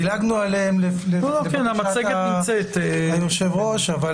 דילגנו עליהם לבקשת היו"ר.